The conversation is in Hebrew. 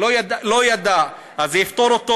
אם לא ידע, אז זה יפטור אותו?